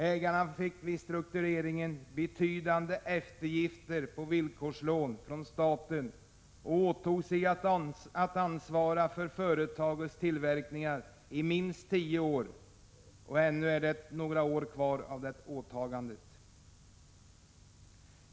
Ägarna fick vid struktureringen betydande eftergifter på villkorslån från staten och åtog sig att ansvara för företagets tillverkning i minst tio år — och ännu är det några år kvar av det åtagandet.